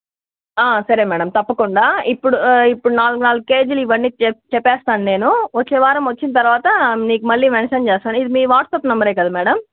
సరే మేడం తప్పకుండా ఇప్పుడు ఇప్పుడు నాలుగు నాలుగు కేజీలు ఇవన్నీ చె చెప్పేస్తాను నేను వచ్చేవారం వచ్చిన తరువాత మీకు మళ్ళీ మెన్షన్ చేస్తాను ఇది మీ వాట్సాప్ నంబరే కదా మేడం